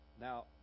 Now